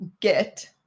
get